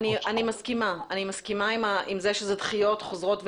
אני מסכימה עם זה שזה דחיות חוזרות ונשנות.